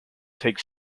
take